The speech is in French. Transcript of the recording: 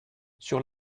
sur